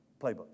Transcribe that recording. Playbook